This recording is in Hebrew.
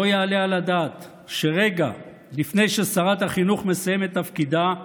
לא יעלה על הדעת שרגע לפני ששרת החינוך מסיימת את תפקידה,